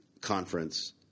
conference